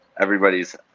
everybody's